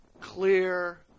clear